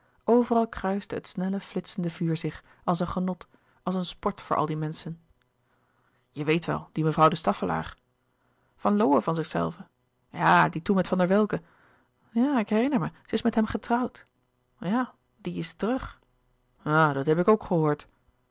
overal kruiste het snelle flitsende vuur zich als een genot als een sport voor al die menschen je weet wel die mevrouw de staffelaer van lowe van zichzelve ja die toen met van der welcke ja ik herinner me ze is met hem getrouwd ja die is terug ja dat heb ik ook gehoord